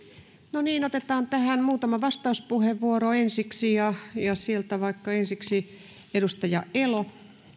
no niin otetaan tähän muutama vastauspuheenvuoro ensiksi ja sieltä ensiksi vaikka edustaja elo arvoisa